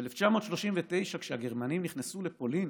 ב-1939, כשהגרמנים נכנסו לפולין